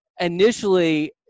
initially